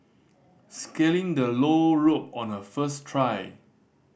scaling the low rope on her first try